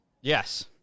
Yes